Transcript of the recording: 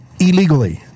illegally